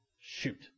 Shoot